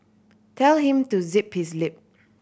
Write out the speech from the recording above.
tell him to zip his lip